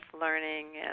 learning